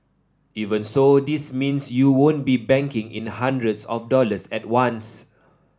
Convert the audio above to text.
even so this means you won't be banking in hundreds of dollars at once